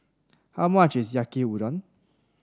how much is Yaki Udon